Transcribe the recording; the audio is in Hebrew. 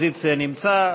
יושב-ראש האופוזיציה נמצא,